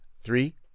Three